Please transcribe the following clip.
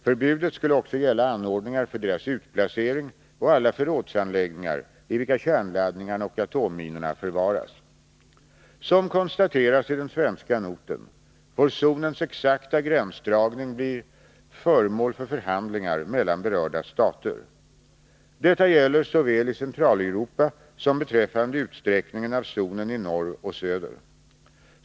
Förbudet skulle också gälla anordningar för deras utplacering och alla förrådsanläggningar i vilka kärnladdningarna och atomminorna förvaras. Som konstateras i den svenska noten får zonens exakta gränsdragning bli föremål för förhandlingar mellan berörda stater. Detta gäller såväl i Centraleuropa som beträffande utsträckningen av zonen i norr och söder.